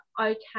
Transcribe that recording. okay